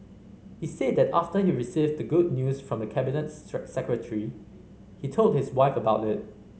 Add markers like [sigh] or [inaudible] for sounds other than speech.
he said that after he received the good news from the Cabinet [unintelligible] Secretary he told his wife about it